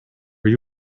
are